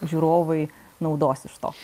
žiūrovui naudos iš to